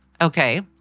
Okay